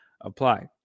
apply